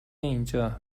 اینجا